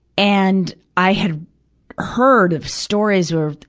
and, i had heard of stories or,